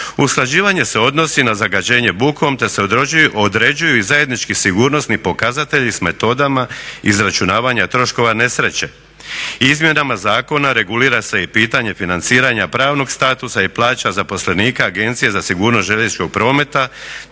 Usklađivanje se odnosi na zagađenje bukom, te se određuju i zajednički sigurnosni pokazatelji s metodama izračunavanja troškova nesreće. Izmjenama zakona regulira se i pitanje financiranja pravnog statusa i plaća zaposlenika Agencije za sigurnost željezničkog prometa,